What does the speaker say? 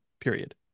period